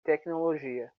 tecnologia